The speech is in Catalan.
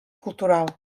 cultural